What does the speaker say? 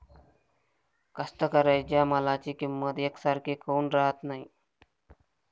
कास्तकाराइच्या मालाची किंमत यकसारखी काऊन राहत नाई?